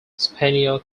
spaniel